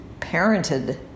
parented